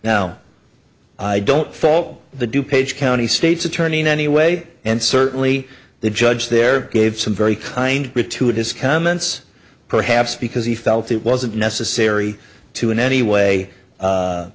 now i don't fault the du page county state's attorney in any way and certainly the judge there gave some very kind to his comments perhaps because he felt it wasn't necessary to in any way